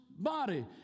body